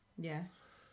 Yes